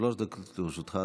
שלוש דקות לרשותך,